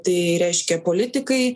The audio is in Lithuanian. tai reiškia politikai